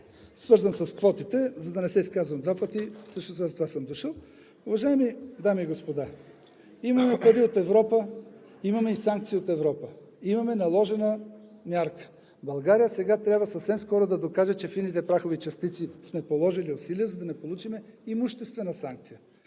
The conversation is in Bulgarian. свързан с квотите, за да не се изказвам два пъти, всъщност аз затова съм дошъл. Уважаеми дами и господа, имаме пари от Европа, имаме и санкции от Европа – имаме наложена мярка. България сега трябва съвсем скоро да докаже, че сме положили усилия по отношение на фините прахови частици, за да не получим имуществена санкция.